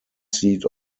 seat